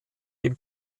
dem